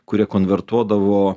kurie konvertuodavo